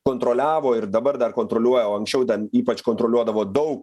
kontroliavo ir dabar dar kontroliuoja o anksčiau ten ypač kontroliuodavo daug